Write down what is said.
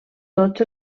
tots